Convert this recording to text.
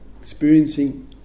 experiencing